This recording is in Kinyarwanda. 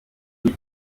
eric